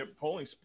polling